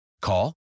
Call